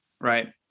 right